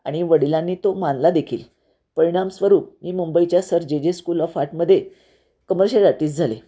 आणि वडिलांनी तो मानला देखील परिणामस्वरूप मी मुंबईच्या Sir J J school of आर्टमध्ये कमर्शियल आर्टिस्ट झाले